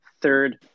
third